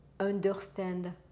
understand